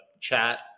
chat